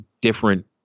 different